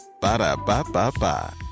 Ba-da-ba-ba-ba